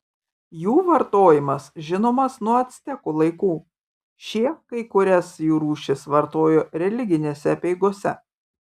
jų vartojimas žinomas nuo actekų laikų šie kai kurias jų rūšis vartojo religinėse apeigose